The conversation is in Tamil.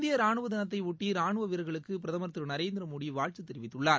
இந்திய ரானுவ தினத்தை ஒட்டி ரானுவ வீரர்களுக்கு பிரதமர் திரு நரேந்திர மோதி வாழ்த்து தெரிவித்துள்ளார்